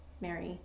Mary